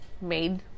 made